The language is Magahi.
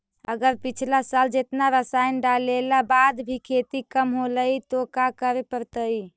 अगर पिछला साल जेतना रासायन डालेला बाद भी खेती कम होलइ तो का करे पड़तई?